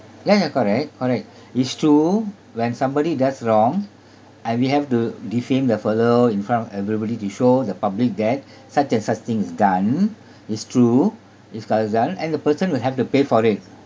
ya ya correct correct it's true when somebody does wrong and we have to defame the fellow in front of everybody to show the public that such as such thing is done it's true it's and the person will have to pay for it